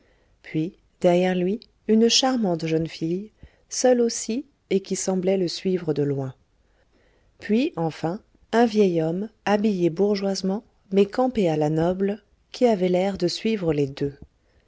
puis derrière lui une charmante jeune fille seule aussi et qui semblait le suivre de loin puis enfin un vieil homme habillé bourgeoisement mais campé à la noble qui avait l'air de suivre les deux